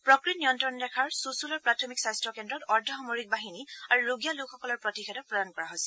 প্ৰকৃত নিয়ন্ত্ৰণ ৰেখাৰ ছুচুলৰ প্ৰাথমিক স্বাস্থ্য কেন্দ্ৰত অৰ্ধসামৰিক বাহিনী আৰু ৰুগীয়া লোকসকলক প্ৰতিষেধক প্ৰদান কৰা হৈছে